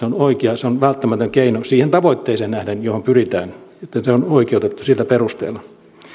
on oikea on välttämätön keino siihen tavoitteeseen nähden johon pyritään niin että se on oikeutettu sillä perusteella